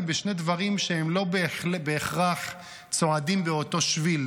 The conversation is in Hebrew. בשני דברים שלא בהכרח צועדים באותו שביל,